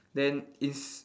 then is